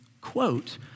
quote